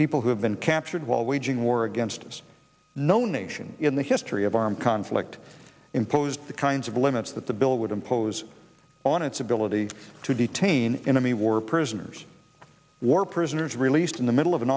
people who have been captured while waging war against us no nation in the history of armed conflict impose the kinds of limits that the bill would impose on its ability to detain in a me war prisoners war prisoners released in the middle of an